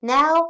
Now